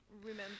remember